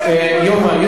קדימה כבר.